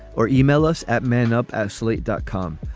or yeah e-mail us at man up at slate dot com.